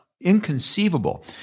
inconceivable